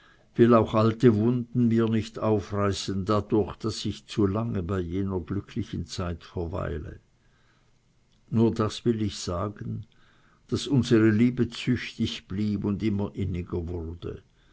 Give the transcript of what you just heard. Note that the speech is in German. will auch alte wunden mir nicht aufreißen dadurch daß ich zu lange bei jener glücklichen zeit verweile nur das will ich sagen daß unsere liebe züchtig blieb und immer inniger wurde